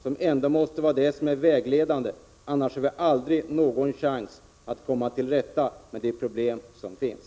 Det är det som måste vara vägledande, annars har vi aldrig någon chans att komma till rätta med de problem som finns.